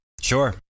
Sure